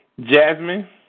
Jasmine